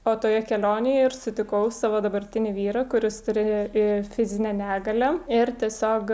o toje kelionėje ir sutikau savo dabartinį vyrą kuris turi ir fizinę negalią ir tiesiog